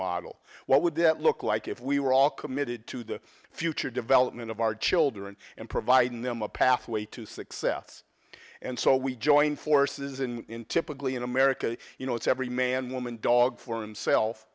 model what would it look like if we were all committed to the future development of our children and providing them a pathway to success and so we join forces in typically in america you know it's every man woman dog for him self